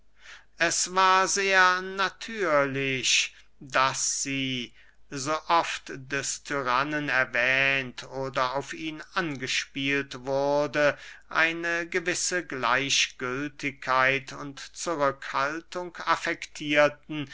es war sehr natürlich daß sie so oft des tyrannen erwähnt oder auf ihn angespielt wurde eine gewisse gleichgültigkeit und zurückhaltung affektierten